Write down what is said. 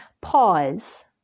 pause